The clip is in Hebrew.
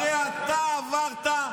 הרי אתה עברת,